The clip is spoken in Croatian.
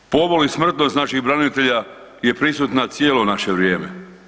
Pobol i smrtnost naših branitelja je prisutna cijelo naše vrijeme.